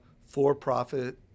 for-profit